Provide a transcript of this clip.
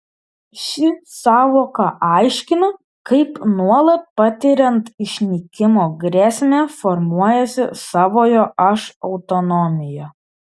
ši sąvoka aiškina kaip nuolat patiriant išnykimo grėsmę formuojasi savojo aš autonomija